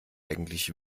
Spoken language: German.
eigentlich